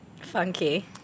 Funky